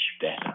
better